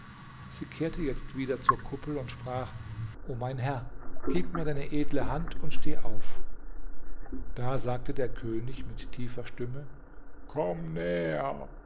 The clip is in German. sie kehrte jetzt wieder zur kuppel und sprach o mein herr gib mir deine edle hand und steh auf da sagte der könig mit tiefer stimme komm näher